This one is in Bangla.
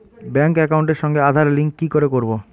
ব্যাংক একাউন্টের সঙ্গে আধার লিংক কি করে করবো?